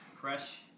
Fresh